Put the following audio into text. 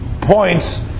points